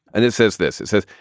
and it says this. it says,